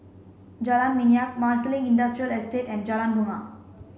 Jalan Minyak Marsiling Industrial Estate and Jalan Bungar